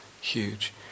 Huge